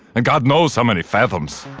and god knows how many fathoms.